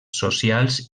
socials